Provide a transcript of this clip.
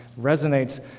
Resonates